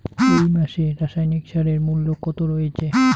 এই মাসে রাসায়নিক সারের মূল্য কত রয়েছে?